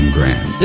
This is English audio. Grand